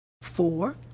Four